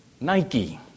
Nike